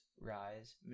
rise